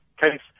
case